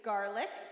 Garlic